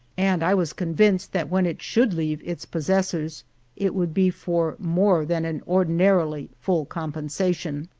and i was con vinced that when it should leave its posses sors it would be for more than an ordinarily full compensation.